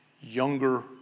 younger